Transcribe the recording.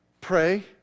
Pray